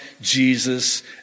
Jesus